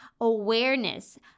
awareness